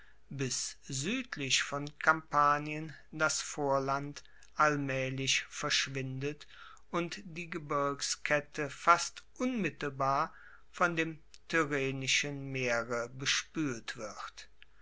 bis suedlich von kampanien das vorland allmaehlich verschwindet und die gebirgskette fast unmittelbar von dem tyrrhenischen meere bespuelt wird